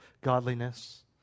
godliness